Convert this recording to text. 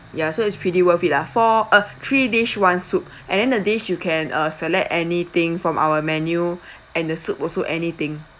ya so it's pretty worth it lah four uh three dish one soup and then the dish you can uh select anything from our menu and the soup also anything